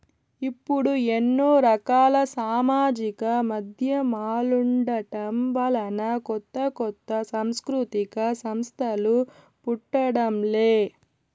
ఇప్పుడు ఎన్నో రకాల సామాజిక మాధ్యమాలుండటం వలన కొత్త కొత్త సాంస్కృతిక సంస్థలు పుట్టడం లే